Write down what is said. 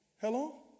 Hello